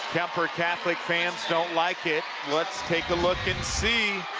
kuemper catholic fans don't like it. let's take a look and see.